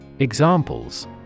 Examples